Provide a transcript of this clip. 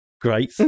great